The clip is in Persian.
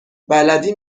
بلدی